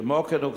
כמו כן,